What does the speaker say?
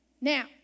Now